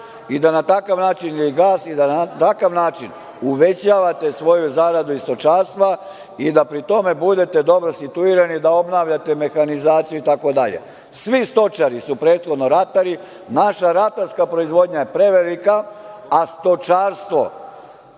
i na takav način uvećavate svoju zaradu iz stočarstva i da pri tome budete dobro situirane, da obnavljate mehanizaciju itd. Svi stočari su prethodno ratari. Naša ratarska proizvodnja je prevelika, a stočarstvo